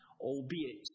albeit